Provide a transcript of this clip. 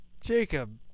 Jacob